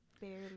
barely